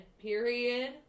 period